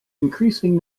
increasing